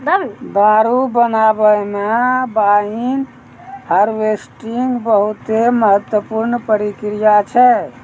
दारु बनाबै मे वाइन हार्वेस्टिंग बहुते महत्वपूर्ण प्रक्रिया छै